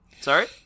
Sorry